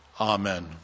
Amen